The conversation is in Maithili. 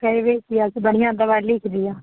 खएबै किएक बढ़िआँ दवाइ लिखि दिअऽ